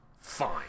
fine